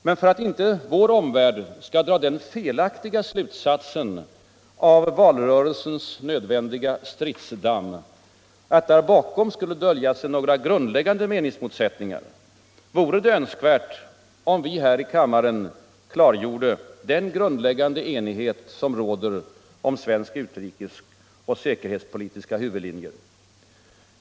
Men för att inte vår omvärld skall dra den felaktiga slutsatsen av valrörelsens nödvändiga stridsdamm att där bakom skulle dölja sig några grundläggande meningsmotsättningar vore det önskvärt att vi här i kammaren klargjorde den grundläggande enighet som råder om vår svenska utrikes och säkerhetspolitiska huvudlinje.